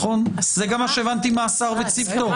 זה גם מה שהבנתי מהשר וצוותו.